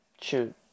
shoot